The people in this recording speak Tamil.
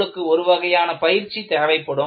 உங்களுக்கு ஒரு வகையான பயிற்சி தேவைப்படும்